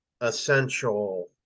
essential